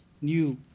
new